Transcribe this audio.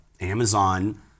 Amazon